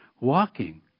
walking